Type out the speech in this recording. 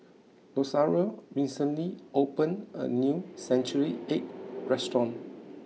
Rosario recently opened a new Century Egg restaurant